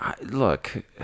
Look